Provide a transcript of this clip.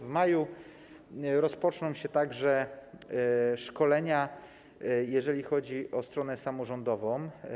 W maju rozpoczną się także szkolenia, jeżeli chodzi o stronę samorządową.